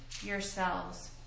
yourselves